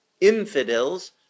infidels